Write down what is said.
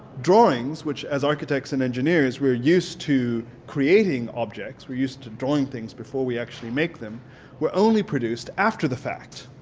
drawings which as architects and engineers were used to creating objects, were used to drawing things before we actually make them were only produced after the fact.